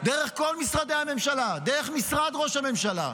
דרך כל משרדי הממשלה, דרך משרד ראש הממשלה,